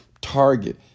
Target